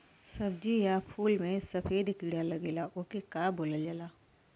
सब्ज़ी या फुल में सफेद कीड़ा लगेला ओके का बोलल जाला?